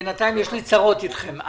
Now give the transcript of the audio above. בינתיים יש לי צרות אתכם.